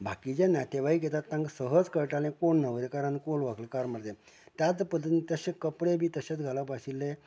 बाकीचे नातेवाईक येतात तांकां सहज कळटाले कोण न्हवरेकार आनी कोण व्हंकलकार म्हण तें त्याच पद्दतीन तशे कपडे बी तशेंच घालप आशिल्ले